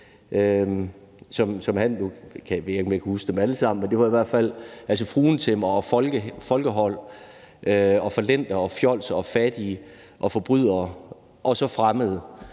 Jeg kan ikke huske dem alle sammen, men det var i hvert fald fruentimmere og folkehold, fallenter og fjolser og fattige og forbrydere og så fremmede.